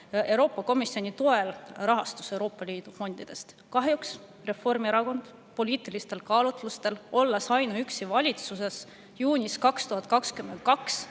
Euroopa Komisjoni toel rahastus Euroopa Liidu fondidest. Kahjuks Reformierakond poliitilistel kaalutlustel, olles üksi valitsuses, otsustas juunis 2022